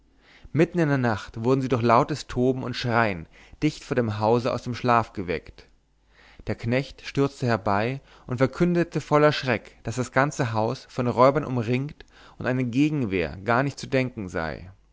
mitten in der nacht wurde sie durch lautes toben und schreien dicht vor dem hause aus dem schlafe geweckt der knecht stürzte herein und verkündete voller schreck daß das ganze haus von räubern umringt und an eine gegenwehr gar nicht zu denken sei